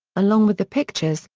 along with the pictures,